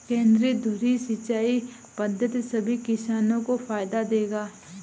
केंद्रीय धुरी सिंचाई पद्धति सभी किसानों को फायदा देगा